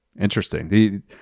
interesting